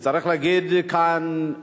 וצריך להגיד כאן,